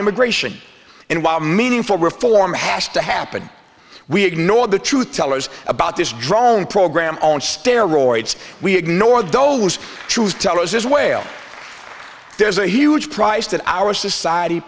immigration and while meaningful reform has to happen we ignore the truth tellers about this drone program on steroids we ignore those truth tellers is whale there's a huge price that our society